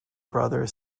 brother